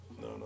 No